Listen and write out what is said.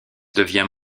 devient